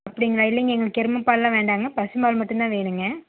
அப்படிங்களா இல்லைங்க எங்களுக்கு எருமைப் பாலெலாம் வேண்டாங்க பசும்பால் மட்டும்தான் வேணுங்க